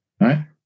Right